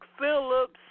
Phillips